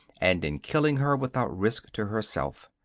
and in killing her without risk to herself.